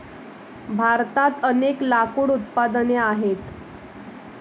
भारतात अनेक लाकूड उत्पादने आहेत